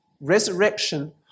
resurrection